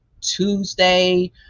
tuesday